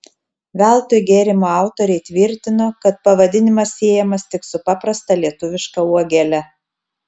veltui gėrimo autoriai tvirtino kad pavadinimas siejamas tik su paprasta lietuviška uogele